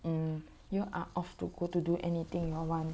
and you are off to go to do anything you want